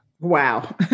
Wow